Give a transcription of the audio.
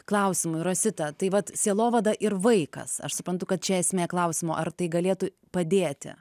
klausimui rosita tai vat sielovada ir vaikas aš suprantu kad čia esmė klausimo ar tai galėtų padėti